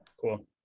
Cool